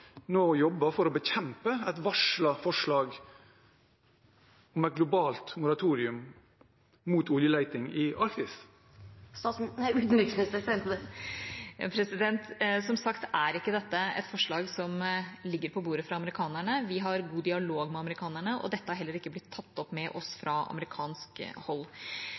nå jobber for å bekjempe et varslet forslag om et globalt moratorium mot oljeleting i Arktis? Som sagt er ikke dette et forslag som ligger på bordet fra amerikanerne. Vi har god dialog med amerikanerne, og dette har heller ikke blitt tatt opp med oss fra amerikansk hold.